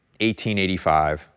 1885